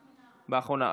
רק באחרונה.